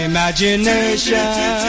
Imagination